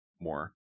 more